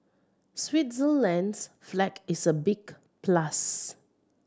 Switzerland's flag is a big plus